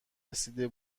رسیده